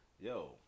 Yo